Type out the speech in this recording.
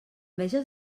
veges